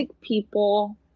people